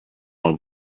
one